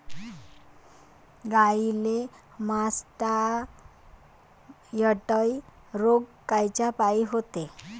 गाईले मासटायटय रोग कायच्यापाई होते?